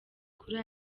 kuri